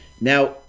Now